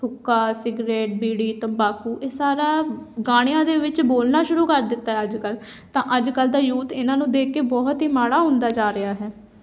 ਹੁੱਕਾ cigarette ਬੀੜੀ ਤੰਬਾਕੂ ਇਹ ਸਾਰਾ ਗਾਣਿਆਂ ਦੇ ਵਿੱਚ ਬੋਲਣਾ ਸ਼ੁਰੂ ਕਰ ਦਿੱਤਾ ਅੱਜ ਕੱਲ੍ਹ ਤਾਂ ਅੱਜ ਕੱਲ੍ਹ ਤਾਂ ਯੂਥ ਇਹਨਾਂ ਨੂੰ ਦੇਖ ਕੇ ਬਹੁਤ ਹੀ ਮਾੜਾ ਹੁੰਦਾ ਜਾ ਰਿਹਾ ਹੈ